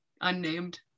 unnamed